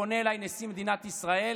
פונה אליי נשיא מדינת ישראל